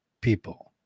people